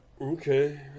Okay